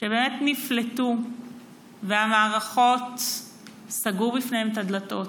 שבאמת נפלטו והמערכות סגרו בפניהן את הדלתות.